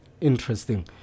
Interesting